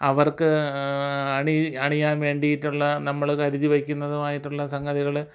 അവർക്ക് അണി അണിയാൻ വേണ്ടിയിട്ടുള്ള നമ്മൾ കരുതി വയ്ക്കുന്നതുമായിട്ടുള്ള സംഗതികൾ